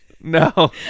No